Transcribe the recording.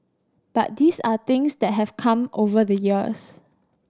but these are things that have come over the years